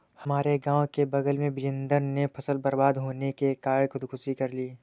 हमारे गांव के बगल में बिजेंदर ने फसल बर्बाद होने के कारण खुदकुशी कर ली